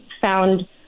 found